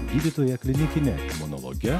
gydytoja klinikine imunologe